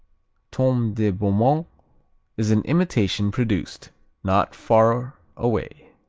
tome de beaumont is an imitation produced not far away.